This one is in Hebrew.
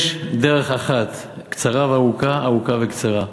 יש דרך אחת קצרה וארוכה, ארוכה וקצרה,